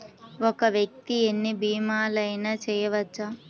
ఒక్క వ్యక్తి ఎన్ని భీమలయినా చేయవచ్చా?